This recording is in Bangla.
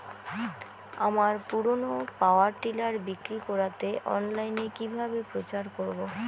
আমার পুরনো পাওয়ার টিলার বিক্রি করাতে অনলাইনে কিভাবে প্রচার করব?